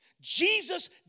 Jesus